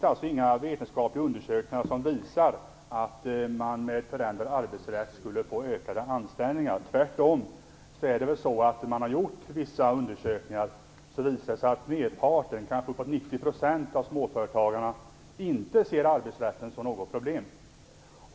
Det finns inga vetenskapliga undersökningar som visar att man skulle få ökat antal nyanställningar med en förändrad arbetsrätt. Tvärtom finns det vissa undersökningar som visar att merparten, kanske uppåt 90 %, av småföretagarna inte ser arbetsrätten som ett problem.